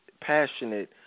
passionate